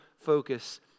focus